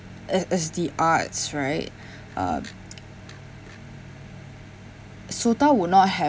it is the arts right uh SOTA would not have